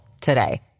today